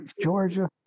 georgia